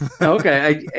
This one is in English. Okay